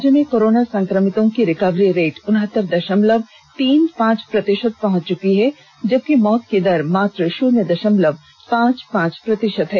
राज्य में कोरोना संक्रमितों की रिकवरी रेट उनहत्तर दषमलव तीन पांच प्रतिषत पहुंच चुकी है जबकि मौत की दर मात्र शुन्य दशमलव पांच पांच प्रतिशत है